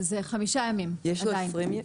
זה חמישה ימים, עדיין.